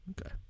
Okay